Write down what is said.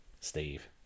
Steve